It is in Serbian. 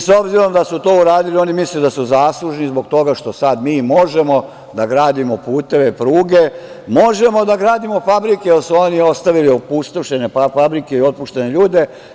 S obzirom da su to uradili, oni misle da su zaslužni zbog toga što sada mi možemo da gradimo puteve, pruge, možemo da gradimo fabrike, jer su ostavili opustošene fabrike i otpuštene ljude.